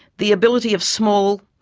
the ability of small,